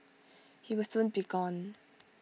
he will soon be gone